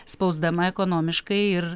spausdama ekonomiškai ir